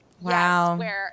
Wow